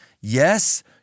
yes